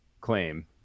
claim